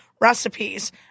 recipes